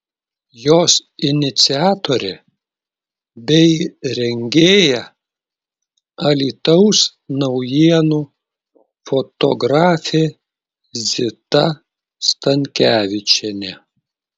jos iniciatorė bei rengėja alytaus naujienų fotografė zita stankevičienė